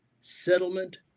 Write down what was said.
settlement